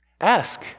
ask